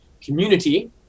community